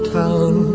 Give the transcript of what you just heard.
town